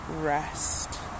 rest